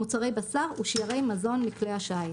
מוצרי בשר ושיירי מזון מכלי השיט,